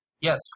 Yes